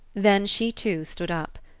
then she too stood up.